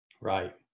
right